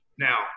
Now